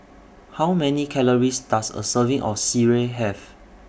How Many Calories Does A Serving of Sireh Have